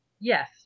Yes